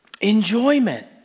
Enjoyment